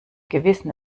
gewissen